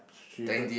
she don't